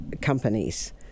companies